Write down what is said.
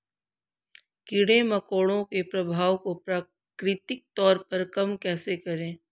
कीड़े मकोड़ों के प्रभाव को प्राकृतिक तौर पर कम कैसे करें?